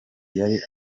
yari